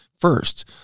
first